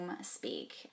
speak